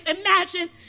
imagine